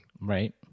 right